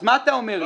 אז מה אתה אומר לי?